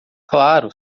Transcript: claro